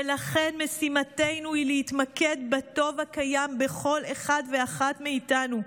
ולכן משימתנו היא להתמקד בטוב הקיים בכל אחד ואחת מאיתנו.